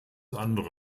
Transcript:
andere